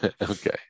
okay